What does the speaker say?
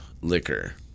liquor